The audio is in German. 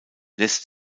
lässt